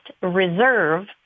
reserve